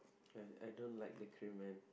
and I don't like the cream man